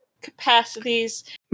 capacities